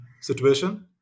situation